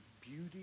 beauty